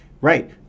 right